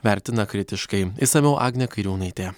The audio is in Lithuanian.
vertina kritiškai išsamiau agnė kairiūnaitė